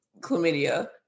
chlamydia